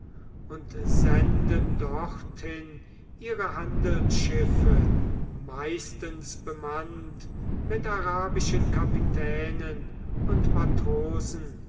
und senden dorthin ihre handelsschiffe meistens bemannt mit arabischen kapitänen und matrosen